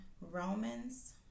Romans